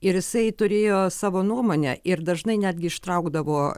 ir jisai turėjo savo nuomonę ir dažnai netgi ištraukdavo